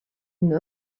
une